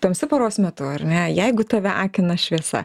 tamsiu paros metu ar ne jeigu tave akina šviesa